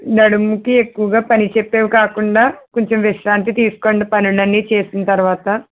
నడుముకి ఎక్కువగా పని చెప్పేవి కాకుండా కొంచెం విశ్రాంతి తీసుకోండి పనులన్నీ చేసిన తర్వాత